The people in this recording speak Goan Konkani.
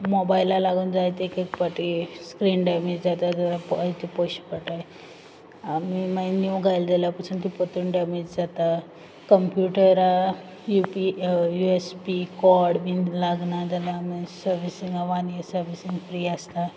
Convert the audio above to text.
मोबायला लागून जायते एक एक पाटी स्क्रीन डेमेज जाता तेन्ना जायते पोयश पोटाय आनी मागीर न्यू घायल जाल्यार पासून ती पोरतून डेमेज जाता कंप्यूटरा U P U S B cord लागना जाल्यार आमक सर्विसिंगा वान इयर सर्विसींग फ्री आसता